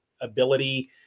ability